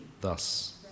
thus